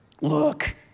look